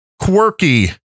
quirky